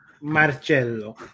Marcello